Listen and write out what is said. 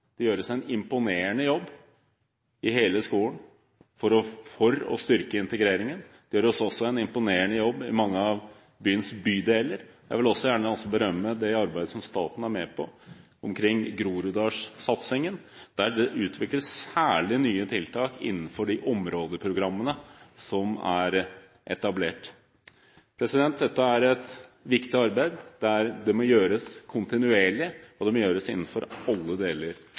Det gjøres en imponerende jobb i hele skolen for å styrke integreringen. Det gjøres også en imponerende jobb i mange av byens bydeler. Jeg vil også gjerne berømme det arbeidet som staten er med på omkring Groruddalssatsingen, der det utvikles særlig nye tiltak innenfor de områdeprogrammene som er etablert. Dette er et viktig arbeid, det må gjøres kontinuerlig, og det må gjøres innenfor alle deler